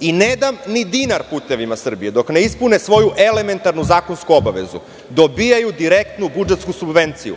i ne dam ni dinar "Putevima Srbije" dok ne ispune svoju elementarnu zakonsku obavezu. Dobijaju direktnu budžetsku subvenciju.